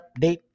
update